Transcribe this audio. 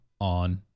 on